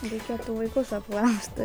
reikėtų vaikus apklausti